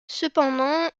cependant